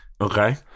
Okay